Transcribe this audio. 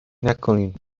نکنین